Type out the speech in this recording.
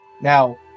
Now